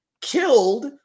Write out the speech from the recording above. killed